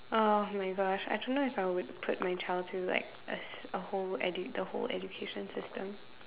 oh my gosh I don't know if I would put my child through like a a whole edu~ the whole education system